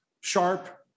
sharp